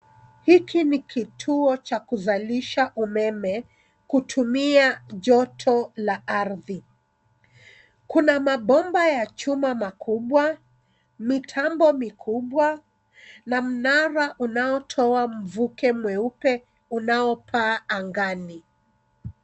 Hiki ni kituo cha kuzalisha umeme kutumia joto la ardhi. Kuna mabomba ya chuma makubwa, mitambo mikubwa, na mnara unaotoa mvuke mweupe unaopaa angani.